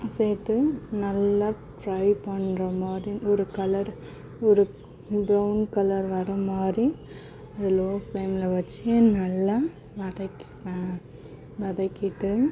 சேர்த்து நல்லா ஃப்ரை பண்ணுற மாதிரி ஒரு கலர் ஒரு பிரவுன் கலர் வர மாதிரி அதை லோவ் ஃப்லேமில் வச்சு நல்லா வதக்கிப்பேன் வதக்கிட்டு